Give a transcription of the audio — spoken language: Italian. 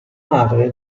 madre